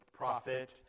prophet